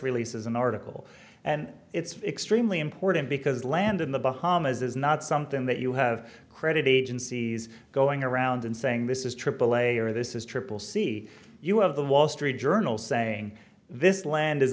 release is an article and it's extremely important because land in the bahamas is not something that you have credit agencies going around and saying this is aaa or this is triple c you have the wall street journal saying this land is